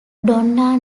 donna